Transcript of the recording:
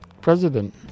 president